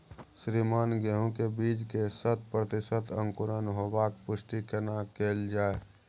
श्रीमान गेहूं के बीज के शत प्रतिसत अंकुरण होबाक पुष्टि केना कैल जाय?